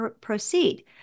proceed